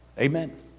Amen